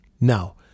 Now